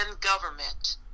government